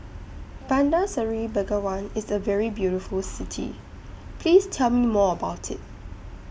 Bandar Seri Begawan IS A very beautiful City Please Tell Me More about IT